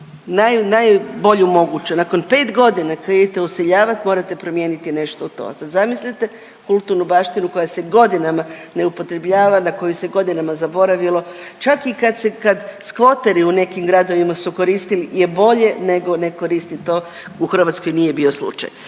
najbolju moguću nakon 5 godina kad idete useljavat morate promijeniti nešto to, sad zamislite kulturnu baštinu koja se godinama ne upotrebljava, na koju se godinama zaboravilo čak i kad se, kad skvoteri u nekim gradovima su koristili je bolje nego ne koristiti to u Hrvatskoj nije bio slučaj.